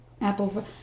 Apple